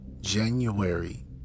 January